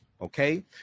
Okay